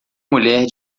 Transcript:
mulher